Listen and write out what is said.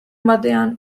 batean